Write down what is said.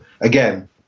again